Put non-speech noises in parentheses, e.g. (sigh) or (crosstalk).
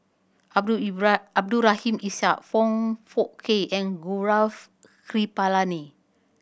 Abdul (unintelligible) Abdul Rahim Ishak Foong Fook Kay and Gaurav Kripalani